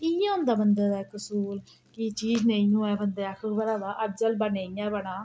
इयां होंदा बंदे दा कसूर कि चीज नेईं होऐ बंदा आखुदा अज्ज हलवा नेईं ऐ बना